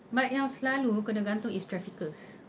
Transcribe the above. but yang selalu kena gantung is traffickers